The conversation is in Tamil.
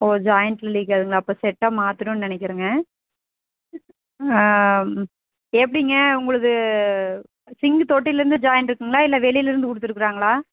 ஓ ஜாயிண்ட்டில் லீக் ஆகுதுங்களா அப்போ செட்டை மாற்றணுன்னு நினக்கிறங்க ஆ எப்படிங்க உங்களுது சிங்க் தொட்டிலேருந்து ஜாயிண்ட்டிருக்குங்களா இல்லை வெளிலேருந்து கொடுத்துருக்குறாங்களா